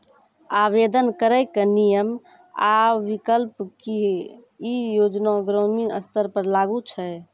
आवेदन करैक नियम आ विकल्प? की ई योजना ग्रामीण स्तर पर लागू छै?